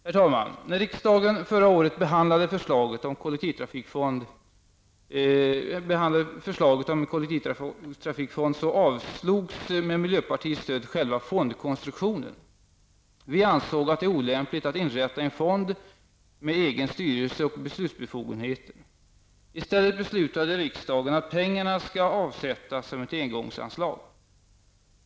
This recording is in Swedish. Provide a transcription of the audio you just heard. Herr talman! När riksdagen förra året behandlade förslaget om en kollektivtrafikfond avslogs -- med miljöpartiets stöd -- själva fondkonstruktionen. Vi ansåg att det är olämpligt att inrätta en fond med egen styrelse och beslutsbefogenheter. I stället beslutade riksdagen att pengarna skall avsättas som ett engångsanslag.